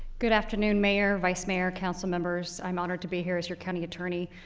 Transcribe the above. good afternoon, mayor, vice mayor, council members. i'm honored to be here as your county attorney.